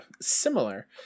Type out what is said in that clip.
similar